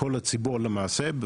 כל הציבור למעשה.